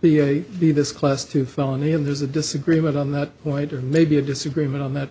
the be this class two felony and there's a disagreement on that point or maybe a disagreement on that